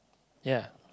ya